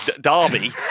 Derby